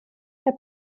herr